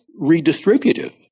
redistributive